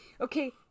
Okay